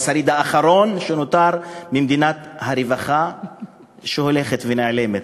השריד האחרון שנותר ממדינת הרווחה שהולכת ונעלמת,